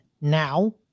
now